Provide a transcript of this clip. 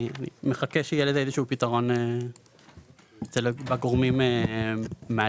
אני מחכה שיהיה לזה איזשהו פתרון אצל הגורמים מעלינו.